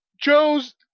Joe's